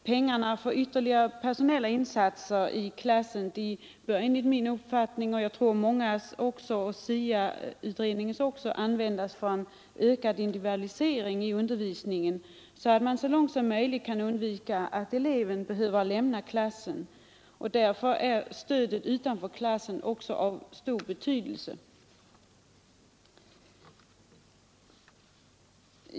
Pengarna för ytterligare personella insatser i klassen bör enligt min mening — en uppfattning som jag tror delas av många, bl.a. av SIA-utredningen — användas för att åstadkomma en ökad individualisering i undervisningen, så att man så långt möjligt kan undvika att en elev behöver lämna sin klass. Därför är också stödet utanför klassen av stor betydelse.